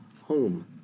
home